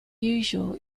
usual